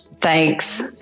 thanks